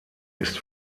ist